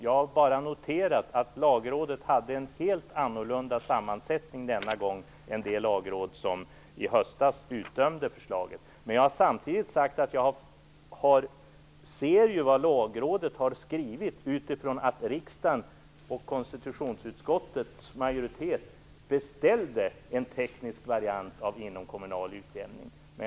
Jag har bara noterat att det hade en helt annan sammansättning denna gång än det lagråd som i höstas utdömde förslaget. Jag har samtidigt sagt att jag ser vad Lagrådet har skrivit med utgångspunkt i att riksdagen och konstitutionsutskottets majoritet beställde en teknisk variant av inomkommunal utjämning.